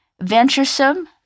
venturesome